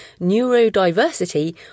neurodiversity